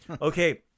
Okay